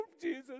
Jesus